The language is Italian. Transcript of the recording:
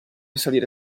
salire